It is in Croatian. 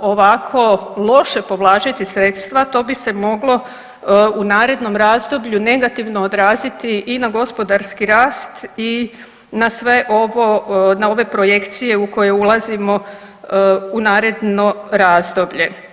ovako loše povlačiti sredstva to bi se moglo u narednom razdoblju negativno odraziti i na gospodarski rast i na sve ovo, na ove projekcije u koje ulazimo u naredno razdoblje.